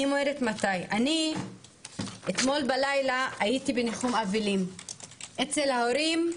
אני אתמול בלילה הייתי בניחום אבלים אצל ההורים,